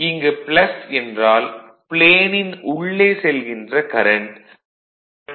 இங்கு என்றால் ப்ளேனின் உள்ளே செல்கின்ற கரண்ட் மற்றும்